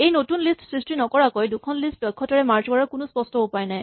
এখন নতুন লিষ্ট সৃষ্টি নকৰাকৈ দুখন লিষ্ট দক্ষতাৰে মাৰ্জ কৰাৰ কোনো স্পষ্ট উপায় নাই